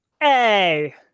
Hey